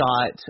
shot